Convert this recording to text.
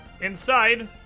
Inside